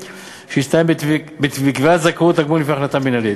שהסתיים בקביעת זכאות תגמול לפי החלטה מינהלית."